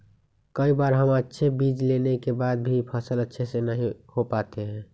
कई बार हम अच्छे बीज लेने के बाद भी फसल अच्छे से नहीं हो पाते हैं?